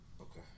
Okay